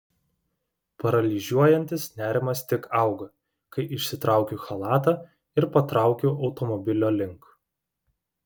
paralyžiuojantis nerimas tik auga kai išsitraukiu chalatą ir patraukiu automobilio link